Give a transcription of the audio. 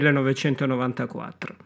1994